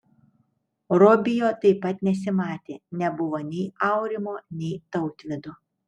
robio taip pat nesimatė nebuvo nei aurimo nei tautvydo